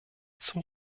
zum